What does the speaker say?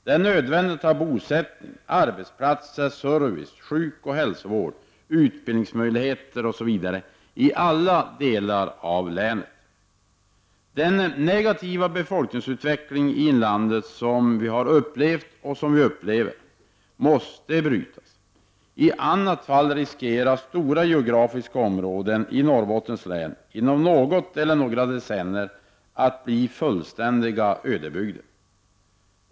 Det är nödvändigt att ha bosättning, arbetsplatser, service, sjukoch hälsovård, utbildning osv. i alla delar av länet. Den negativa befolkningsutveckling i inlandet som vi upplevt och upplever måste hejdas. I annat fall riskeras stora geografiska områden i Norrbottens län inom något eller några decennier att bli fullständiga ödebygder.